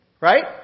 Right